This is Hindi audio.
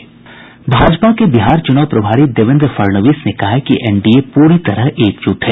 भाजपा के बिहार चुनाव प्रभारी देवेन्द्र फडणवीस ने कहा है कि एनडीए पूरी तरह एकजुट है